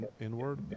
inward